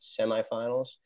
semifinals